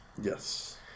yes